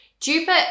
Jupiter